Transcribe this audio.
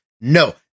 No